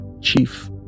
chief